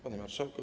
Panie Marszałku!